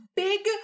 big